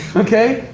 okay?